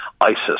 ISIS